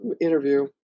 interview